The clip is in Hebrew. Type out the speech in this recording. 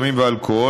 בסמים ובאלכוהול,